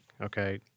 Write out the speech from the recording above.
okay